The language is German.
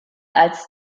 als